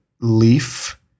leaf